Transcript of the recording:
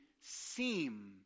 seem